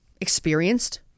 experienced